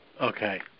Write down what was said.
Okay